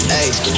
Hey